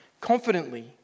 confidently